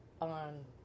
on